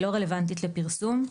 היא לא רלוונטית לפרסום.